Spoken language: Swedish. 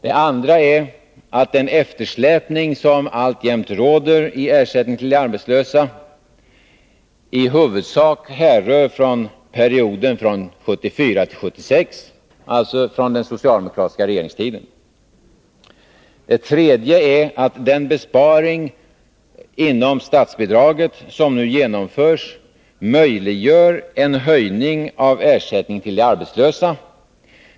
Det andra är att den eftersläpning som alltjämt råder i ersättningen till de arbetslösa i huvudsak härrör från perioden 1974-1976, alltså från den socialdemokratiska regeringstiden. Det tredje är att den besparing inom statsbidraget som nu genomförs möjliggör en höjning av ersättningen till de arbetslösa.